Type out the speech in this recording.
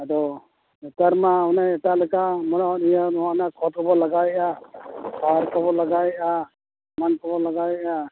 ᱟᱫᱚ ᱱᱮᱛᱟᱨ ᱢᱟ ᱚᱱᱮ ᱮᱴᱟᱜ ᱞᱮᱠᱟ ᱵᱟᱱᱟᱭ ᱤᱭᱟᱹ ᱱᱚᱣᱟ ᱨᱮᱱᱟᱜ ᱠᱷᱚᱛ ᱦᱚᱵᱚ ᱞᱟᱦᱟᱣᱮᱫᱼᱟ ᱥᱟᱨ ᱠᱚᱵᱚ ᱞᱟᱦᱟᱣᱮᱫᱼᱟ ᱮᱢᱟᱱ ᱠᱚᱵᱚ ᱞᱟᱜᱟᱣᱮᱫᱼᱟ